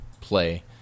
play